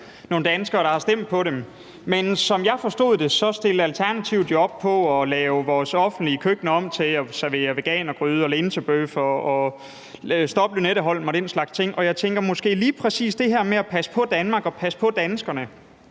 nogle danskere, der har stemt på dem. Men som jeg forstod det, stillede Alternativet op på at lave vores offentlige køkkener om, så der skulle serveres veganergryde og linsebøffer, og på et stop for Lynetteholm og den slags ting, og jeg tænker, at måske er lige præcis det her med at passe på Danmark og danskerne